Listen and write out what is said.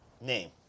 name